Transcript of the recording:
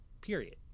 period